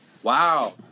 Wow